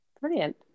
Brilliant